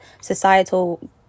societal